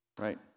Right